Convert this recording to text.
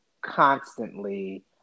constantly